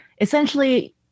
essentially